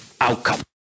outcome